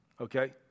okay